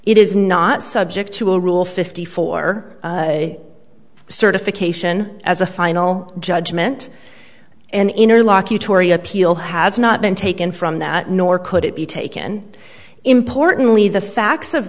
it is not subject to a rule fifty four or certification as a final judgment an interlocutory appeal has not been taken from that nor could it be taken importantly the facts of